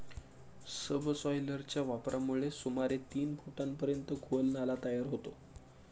सबसॉयलरच्या वापरामुळे सुमारे तीन फुटांपर्यंत खोल नाला तयार होतो